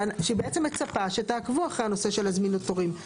היא בעצם מצפה שתעקבו אחרי הנושא של זמינות תורים,